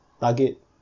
target